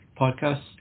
podcast